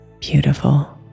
beautiful